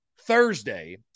Thursday